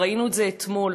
וראינו את זה אתמול,